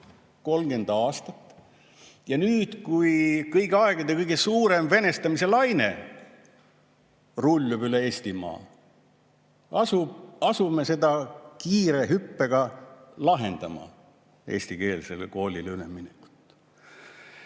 30 aastat! Ja nüüd, kui kõigi aegade kõige suurem venestamise laine rullub üle Eestimaa, asume kiire hüppega lahendama seda eestikeelsele koolile üleminekut. Aga